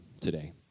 today